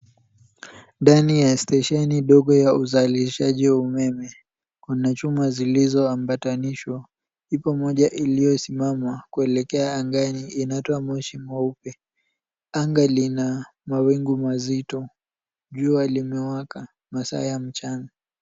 Ndani ya stesheni dogo ya uzalishaji wa umeme. Kuna chuma zilizoambatanishwa ipo moja iliosimama kuelekea angani inatoa moshi mweupe. Anga lina mawingu mazito, jua limewaka masaa ya mchana.